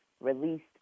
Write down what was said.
released